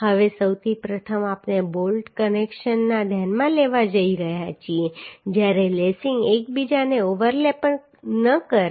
હવે સૌપ્રથમ આપણે બોલ્ટ કનેક્શનને ધ્યાનમાં લેવા જઈ રહ્યા છીએ જ્યારે લેસીંગ એકબીજાને ઓવરલેપ ન કરે